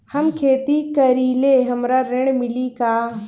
हम खेती करीले हमरा ऋण मिली का?